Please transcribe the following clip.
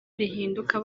rihinduka